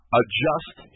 adjust